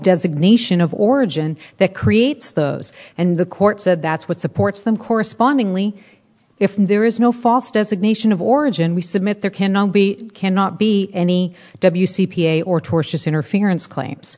designation of origin that creates those and the court said that's what supports them correspondingly if there is no false designation of origin we submit there cannot be cannot be any c p a or tortious interference claims